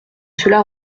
cela